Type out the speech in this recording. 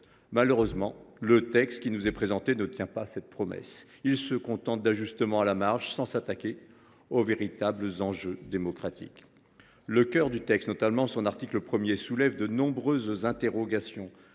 Malheureusement, la proposition de loi qui nous est présentée ne tient pas cette promesse. Elle ne contient que des ajustements à la marge et ne s’attaque pas aux véritables enjeux démocratiques. Le cœur du texte, notamment son article 1, soulève de nombreuses interrogations.